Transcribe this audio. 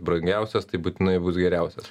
brangiausias tai būtinai bus geriausias